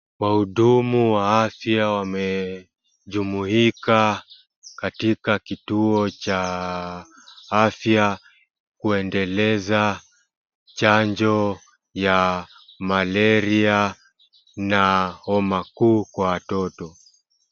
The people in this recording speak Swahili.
Wahudumu wa afya wamejumuika katika kituo cha afya kuendeleza chanjo ya malaria na homa kuu kwa watoto.